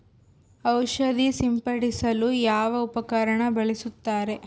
ಔಷಧಿ ಸಿಂಪಡಿಸಲು ಯಾವ ಉಪಕರಣ ಬಳಸುತ್ತಾರೆ?